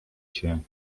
się